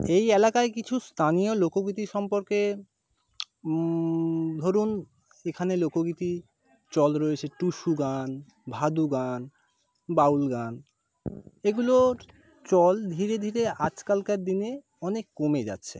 এই এলাকায় কিছু স্থানীয় লোকগীতি সম্পর্কে ধরুন এখানে লোকগীতির চল রয়েছে টুসু গান ভাদু গান বাউল গান এগুলোর চল ধীরে ধীরে আজকালকার দিনে অনেক কমে যাচ্ছে